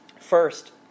First